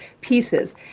pieces